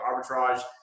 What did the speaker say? arbitrage